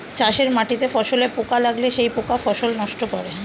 চাষের মাটিতে ফসলে পোকা লাগলে সেই পোকা ফসল নষ্ট করে